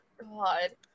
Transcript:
God